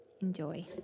Enjoy